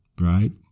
right